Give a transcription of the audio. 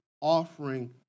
offering